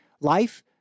Life